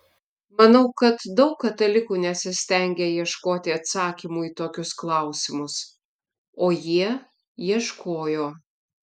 manau kad daug katalikų nesistengia ieškoti atsakymų į tokius klausimus o jie ieškojo